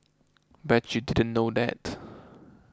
bet you didn't know that